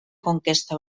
conquesta